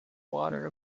water